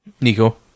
Nico